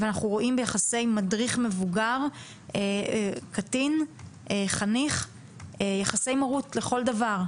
אנחנו רואים ביחסי מדריך מבוגר-חניך קטין יחסי מרות לכל דבר.